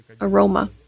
aroma